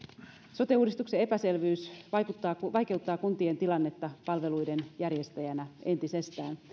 sote uudistuksen epäselvyys vaikeuttaa kuntien tilannetta palveluiden järjestäjänä entisestään